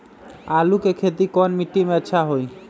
आलु के खेती कौन मिट्टी में अच्छा होइ?